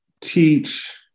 teach